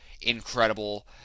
incredible